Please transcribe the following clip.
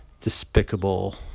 despicable